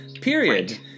Period